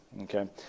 okay